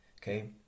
okay